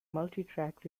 multitrack